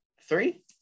three